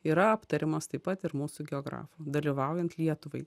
yra aptariamos taip pat ir mūsų geografų dalyvaujant lietuvai